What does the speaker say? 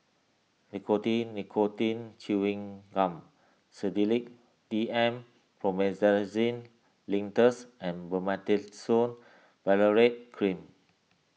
Nicotine Nicotine Chewing Gum Sedilix D M Promethazine Linctus and Betamethasone Valerate Cream